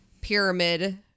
pyramid